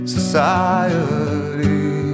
Society